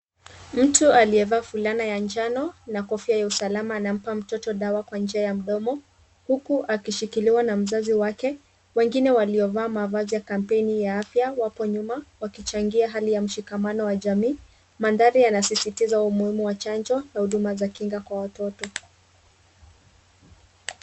Mtu aliyevaa fulana ya njano na kofia ya usalama anampa mtoto dawa kwa njia ya mdomo, huku akishikiliwa na mzazi wake. Wengine waliovaa mavazi ya kampeni ya afya wapo nyuma wakichangia hali ya mshikamano wa jamii. Mandhari yanasisitiza umuhimu wa chanjo na huduma za kinga kwa watoto.